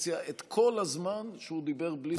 האופוזיציה את כל הזמן שהוא דיבר בלי